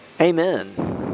Amen